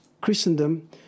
Christendom